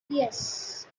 yes